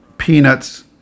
Peanuts